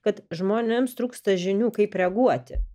kad žmonėms trūksta žinių kaip reaguoti